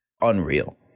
unreal